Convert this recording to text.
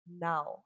now